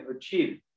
achieve